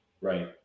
Right